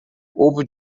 ovo